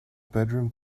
bedroom